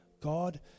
God